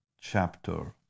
chapter